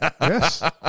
Yes